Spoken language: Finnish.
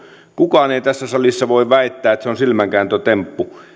kukaan ei tässä salissa voi väittää että se on silmänkääntötemppu